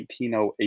1908